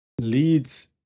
leads